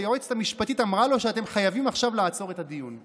והיועצת המשפטית אמרה לו שאתם חייבים לעצור את הדיון עכשיו.